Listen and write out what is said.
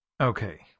Okay